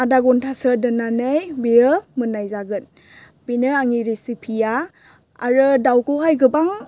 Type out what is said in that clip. आधा घन्टासो दोननानै बियो मोननाय जागोन बेनो आंनि रेसिपिया आरो दाउखौहाय गोबां